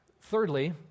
Thirdly